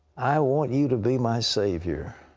i want you to be my savior.